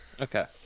okay